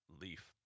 LEAF